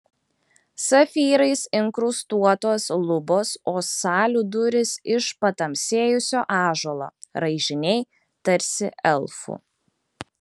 safyrais inkrustuotos lubos o salių durys iš patamsėjusio ąžuolo raižiniai tarsi elfų